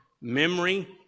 memory